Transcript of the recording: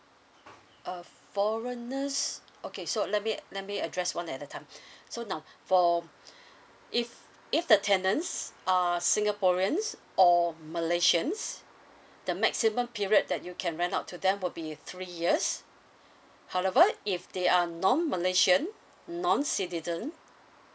uh foreigners okay so let me let me address one at a time so now for if if the tenants are singaporeans or malaysians the maximum period that you can rent out to them will be three years however if they are non malaysian non citizen